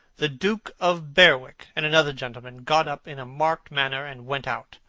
the duke of berwick and another gentleman got up in a marked manner and went out.